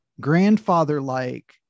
grandfather-like